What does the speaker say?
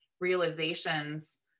realizations